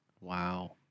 Wow